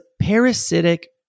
parasitic